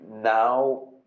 Now